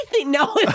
No